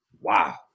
Wow